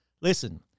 Listen